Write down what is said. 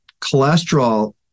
Cholesterol